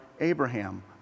Abraham